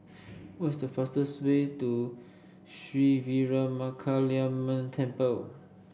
what's the fastest way to Sri Veeramakaliamman Temple